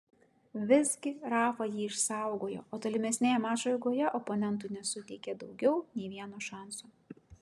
visgi rafa jį išsaugojo o tolimesnėje mačo eigoje oponentui nesuteikė daugiau nei vieno šanso